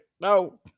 No